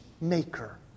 maker